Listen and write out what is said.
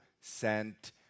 sent